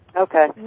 Okay